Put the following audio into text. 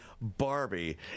barbie